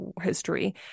history